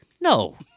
no